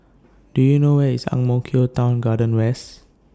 Do YOU know Where IS Ang Mo Kio Town Garden West